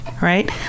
right